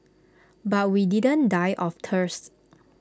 but we didn't die of thirst